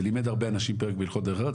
זה לימד הרבה אנשים פרק בהליכות דרך ארץ